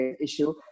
issue